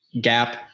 gap